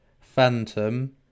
Phantom